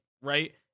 right